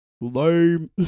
Lame